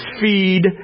feed